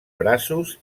braços